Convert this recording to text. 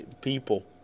people